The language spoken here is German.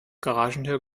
garagentor